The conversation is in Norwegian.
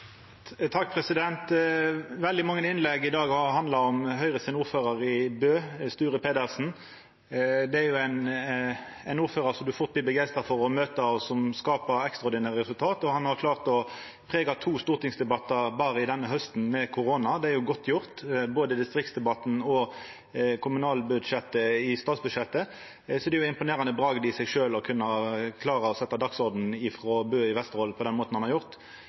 Veldig mange innlegg i dag har handla om Høgre sin ordførar i Bø, Sture Pedersen. Det er ein ordførar som ein fort blir begeistra for å møta, og som skaper ekstraordinære resultat. Han har klart å prega to stortingsdebattar berre denne hausten med korona – det er jo godt gjort – både distriktsdebatten og kommunalbudsjettet i statsbudsjettet. Det er jo imponerande bra i seg sjølv å kunna klara å setja dagsorden frå Bø i Vesterålen på den måten han har gjort.